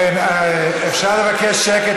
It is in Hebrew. אפשר לבקש שקט?